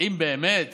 אם באמת